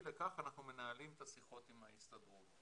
לכך אנחנו מנהלים את השיחות עם ההסתדרות.